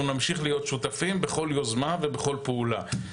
נמשיך להיות שותפים בכל יוזמה ובכל פעולה,